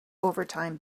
overtime